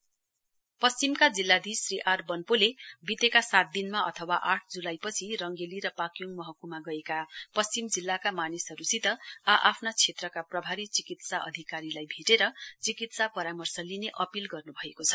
Covid सिक्किस पश्चिमका जिल्लाधीश श्री आर वन्पोले वितेका सात दिनमा अथवा आठ जुलाईपछि रंगेली र पाक्योङ महकुमा गएका पश्चिम जिल्लाका मानिसहरूसित आ आफ्ना क्षेत्रका प्रभारी चिकित्सा अधिकारीलाई भेटेर चिकित्सा परामर्श लिने अपील गर्नु भएको छ